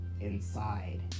inside